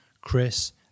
Chris